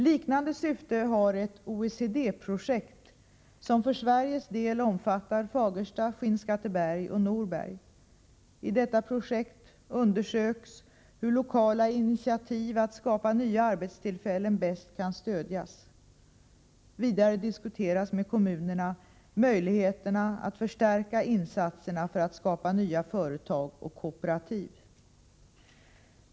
Liknande syfte har ett OECD-projekt som för Sveriges del omfattar Fagersta, Skinnskatteberg och Norberg. I detta projekt undersöks hur lokala initiativ att skapa nya arbetstillfällen bäst kan stödjas. Vidare diskuteras med kommunerna möjligheterna att förstärka insatserna för att skapa nya företag och kooperativ.